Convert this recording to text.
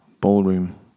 ballroom